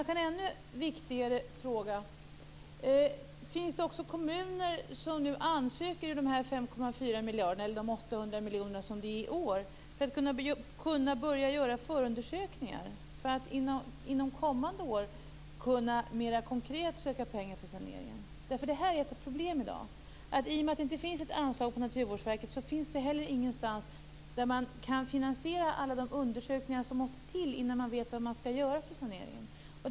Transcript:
En ännu viktigare fråga: Finns det kommuner som ansöker inom de 5,4 miljarderna, dvs. 800 miljoner i år, för att kunna göra förundersökningar, för att under kommande år mer konkret söka pengar för sanering? Det finns ett problem i dag. I och med att det inte finns ett anslag från Naturvårdsverket finns det inte heller någonstans en finansiering för alla de undersökningar som måste ske innan man vet vilken sanering som skall göras.